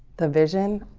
the vision